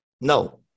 No